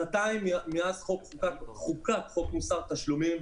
שנתיים מאז חוקק חוק מוסר תשלומים,